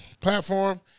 platform